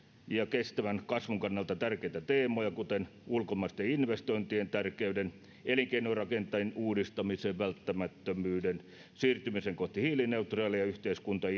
kestävän kasvun kannalta tärkeitä teemoja kuten ulkomaisten investointien tärkeyden elinkeinorakenteen uudistamisen välttämättömyyden siirtymisen kohti hiilineutraalia yhteiskuntaa